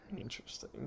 Interesting